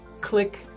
click